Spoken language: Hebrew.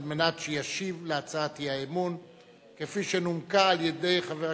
על מנת שישיב על הצעת האי-אמון כפי שנומקה על-ידי חבר הכנסת.